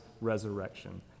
resurrection